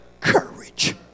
courage